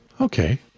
Okay